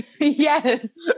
Yes